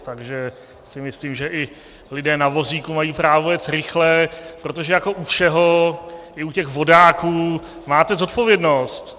Takže si myslím, že i lidé na vozíku mají právo jet rychle, protože jako u všeho, i u těch vodáků máte zodpovědnost.